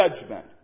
judgment